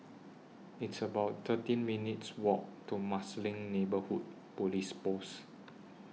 It's about thirteen minutes' Walk to Marsiling Neighbourhood Police Post